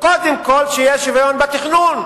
קודם כול שיהיה שוויון בתכנון,